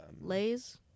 Lay's